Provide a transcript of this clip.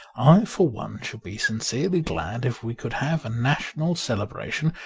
ifor one should be sincerely glad if we could have a national celebration,